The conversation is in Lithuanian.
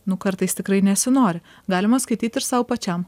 nu kartais tikrai nesinori galima skaityt ir sau pačiam